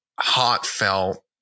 Heartfelt